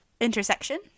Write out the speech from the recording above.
Intersection